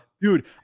dude